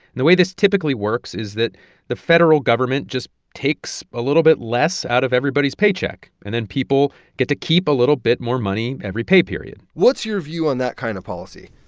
the way this typically works is that the federal government just takes a little bit less out of everybody's paycheck, and then people get to keep a little bit more money every pay period what's your view on that kind of policy?